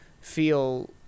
feel